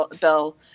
bill